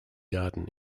garden